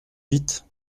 vite